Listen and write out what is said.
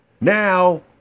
Now